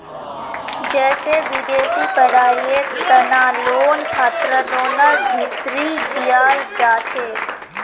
जैसे विदेशी पढ़ाईयेर तना लोन छात्रलोनर भीतरी दियाल जाछे